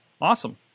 awesome